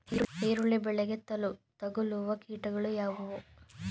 ಈರುಳ್ಳಿ ಬೆಳೆಗೆ ತಗಲುವ ಕೀಟಗಳು ಯಾವುವು?